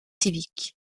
civiques